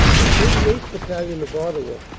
the thirty eighth. battalion, of ottawa,